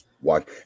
watch